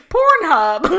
Pornhub